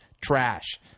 trash